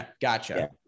gotcha